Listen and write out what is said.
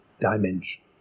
dimension